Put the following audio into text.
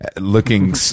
looking